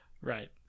right